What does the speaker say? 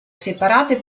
separate